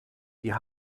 wir